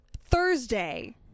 Thursday